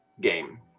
game